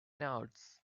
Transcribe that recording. notes